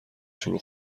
شروع